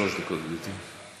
שלוש דקות, גברתי.